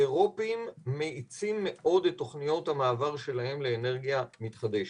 האירופאים מאיצים מאוד את תוכניות המעבר שלהם לאנרגיה מתחדשת,